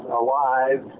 alive